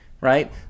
right